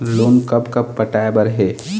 Loan कब कब पटाए बर हे?